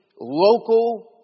local